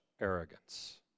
arrogance